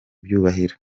byubahiro